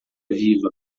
viva